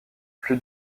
plus